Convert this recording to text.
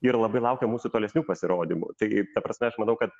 ir labai laukia mūsų tolesnių pasirodymų tai ta prasme aš manau kad